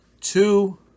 two